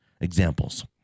Examples